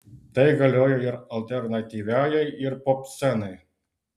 tai galioja ir alternatyviajai ir popscenai